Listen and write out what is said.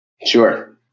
Sure